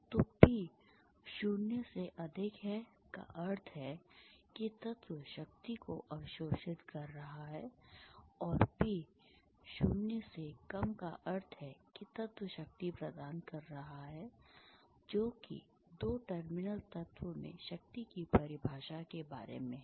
तो P 0 है का अर्थ है कि तत्व शक्ति को अवशोषित कर रहा है और P 0 का अर्थ है कि तत्व शक्ति प्रदान कर रहा है जो कि दो टर्मिनल तत्व में शक्ति की परिभाषा के बारे में है